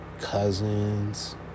cousins